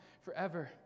forever